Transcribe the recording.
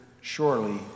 surely